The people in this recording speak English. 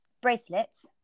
bracelets